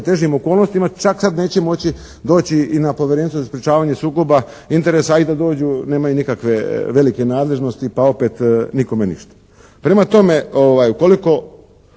težim okolnostima, čak neće moći doći i na Povjerenstvo za sprječavanje sukoba interesa, a i da dođu nemaju nikakve velike nadležnosti pa opet nikome ništa. Prema tome ukoliko